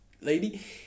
lady